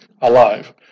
alive